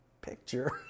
picture